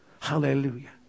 Hallelujah